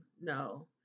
No